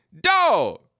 Dog